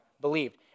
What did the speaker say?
believed